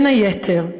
בין היתר הוקרנו,